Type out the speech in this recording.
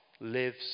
lives